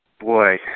boy